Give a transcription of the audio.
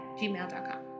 gmail.com